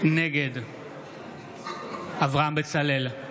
נגד אברהם בצלאל,